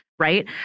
Right